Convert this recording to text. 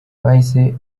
bahise